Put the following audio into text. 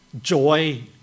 joy